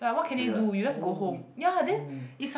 ya oh